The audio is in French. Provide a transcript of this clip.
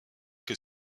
que